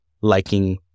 liking